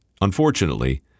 Unfortunately